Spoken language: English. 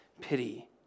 pity